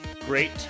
Great